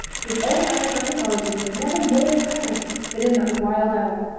his old icelandic origin was never more apparent than in that wild hour.